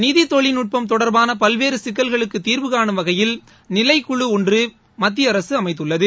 நிதி தொழில்நுட்பம் தொடர்பான பல்வேறு சிக்கல்களுக்கு தீர்வுகானும் வகையில் நிலைக்குழு ஒன்றை மத்திய அரசு அமைத்துள்ளது